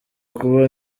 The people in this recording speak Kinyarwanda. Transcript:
kuba